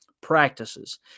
practices